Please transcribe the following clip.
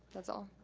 that's all.